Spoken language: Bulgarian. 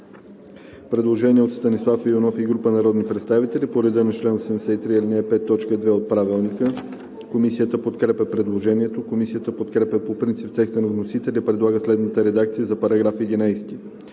предложение от Станислав Иванов и група народни представители по реда на чл. 83, ал. 5, т. 2 от Правилника. Комисията подкрепя предложението. Комисията подкрепя по принцип текста на вносителя и предлага следната редакция за § 11: „§ 11.